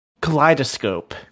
Kaleidoscope